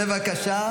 בבקשה.